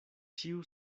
ĉiu